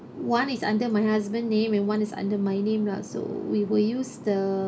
one is under my husband name and one is under my name lah so we will use the